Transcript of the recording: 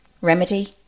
remedy